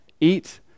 eat